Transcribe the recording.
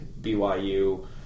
BYU